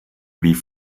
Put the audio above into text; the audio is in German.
wie